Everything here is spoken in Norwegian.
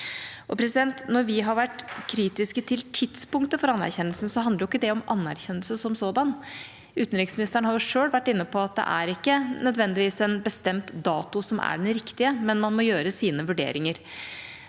Når vi har vært kritiske til tidspunktet for anerkjennelsen, handler ikke det om anerkjennelse som sådan. Utenriksministeren har selv vært inne på at det ikke nødvendigvis er en bestemt dato som er den riktige, men man må gjøre sine vurderinger.